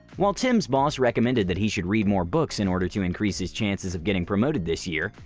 while tim's boss recommended that he should read more book in order to increase his chances of getting promoted this year,